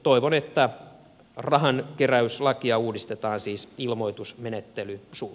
toivon että rahankeräyslakia uudistetaan siis ilmoitusmenettelyn su